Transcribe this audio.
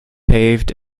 paved